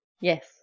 Yes